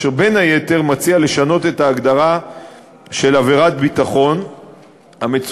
אשר בין היתר מציע לשנות את ההגדרה של עבירת ביטחון לעניין